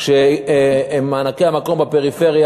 כשמענקי המקום בפריפריה,